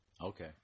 okay